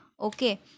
okay